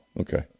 Okay